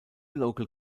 local